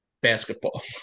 basketball